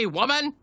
woman